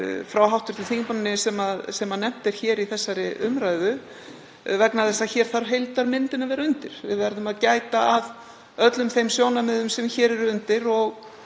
frá hv. þingmanni, sem nefnt er hér í þessari umræðu, vegna þess að hér þarf heildarmyndin að vera undir. Við verðum að gæta að öllum þeim sjónarmiðum sem hér eru undir.